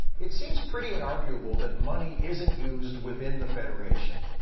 it seems pretty inarguable that money isn't used within the federation.